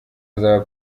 azaba